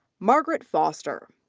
margaret foster.